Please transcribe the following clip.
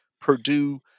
Purdue